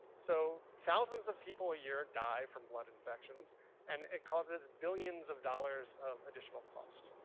so, thousands of people a year die from blood infections and it causes billions of dollars of additional costs.